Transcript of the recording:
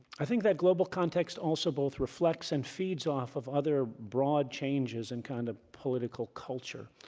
i think that global context also both reflects and feeds off of other broad changes in kind of political culture.